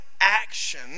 action